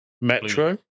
Metro